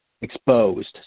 exposed